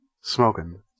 smoking